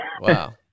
Wow